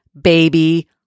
baby